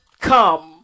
come